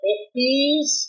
50s